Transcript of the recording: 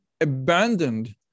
abandoned